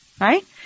Right